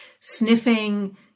sniffing